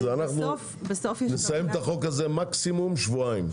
אנחנו נסיים את החוק הזה מקסימום שבועיים.